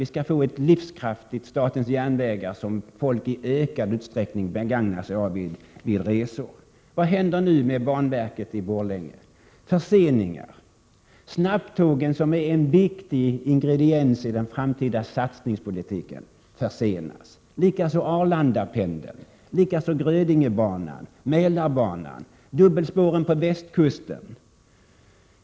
Vi skall få ett livskraftigt statens järnvägar som folk i ökad utsträckning begagnar sig av vid resor. Snabbtågen som är en viktig ingrediens i den framtida satsningen försenas, likaså Arlandapendeln, likaså Grödingebanan, Mälarbanan och dubbelspåren på västkusten.